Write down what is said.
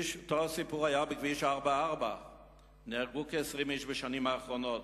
אותו הסיפור היה בכביש 444. נהרגו כ-20 איש בשנים האחרונות.